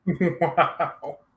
Wow